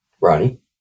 Ronnie